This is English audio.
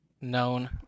known